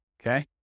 okay